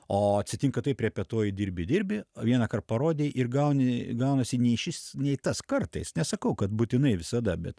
o atsitinka taip repetuoji dirbi dirbi o vienąkart parodei ir gauni gaunasi nei šis nei tas kartais nesakau kad būtinai visada bet